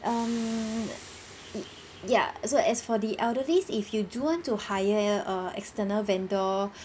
um ya so as for the elderlies if you do want to hire err external vendor